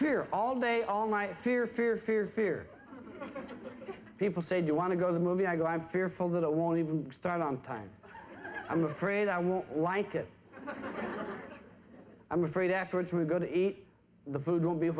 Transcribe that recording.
hear all day all my fear fear fear fear people say you want to go the movie i go i'm fearful that it won't even start on time i'm afraid i won't like it i'm afraid afterwards when i go to eat the food will be